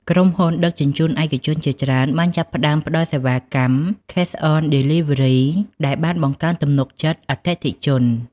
ក្រុមហ៊ុនដឹកជញ្ជូនឯកជនជាច្រើនបានចាប់ផ្តើមផ្តល់សេវាកម្ម ឃេស អន ឌី លី វើ រី Cash-on-Delivery ដែលបានបង្កើនទំនុកចិត្តអតិថិជន។